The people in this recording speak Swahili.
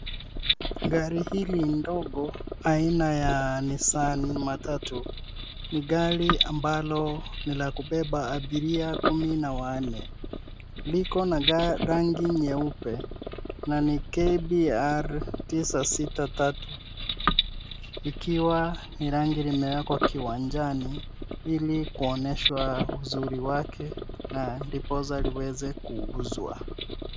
Gari hili ndogo aina ya Nissan matatu ni gari ambalo ni la kubeba abiria kumi na wanne, liko na rangi nyeupe na ni KBR 963 likiwa ni rangi limewekwa kiwanjani ili kuonyeshwa uzuri wake na ndiposa liweze kuuzwa.